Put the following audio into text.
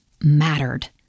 mattered